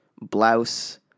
blouse